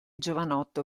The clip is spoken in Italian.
giovanotto